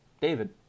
David